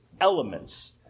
elements